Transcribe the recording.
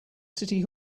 city